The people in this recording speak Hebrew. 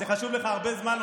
זה חשוב לך כבר הרבה זמן.